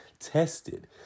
Tested